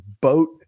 boat